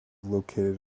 located